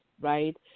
right